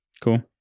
Cool